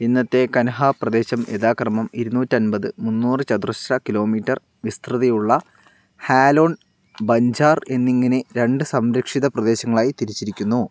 ഇന്നത്തെ കൻഹ പ്രദേശം യഥാക്രമം ഇരുന്നൂറ്റൻപത് മുന്നൂറ് ചതുരശ്ര കിലോ മീറ്റർ വിസ്തൃതിയുള്ള ഹാലോൺ ബഞ്ചാർ എന്നിങ്ങനെ രണ്ട് സംരക്ഷിത പ്രദേശങ്ങളായി തിരിച്ചിരിക്കുന്നു